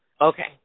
Okay